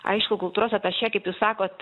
aišku kultūros atašė kaip jūs sakot